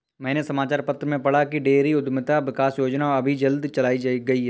मैंने समाचार पत्र में पढ़ा की डेयरी उधमिता विकास योजना अभी जल्दी चलाई गई है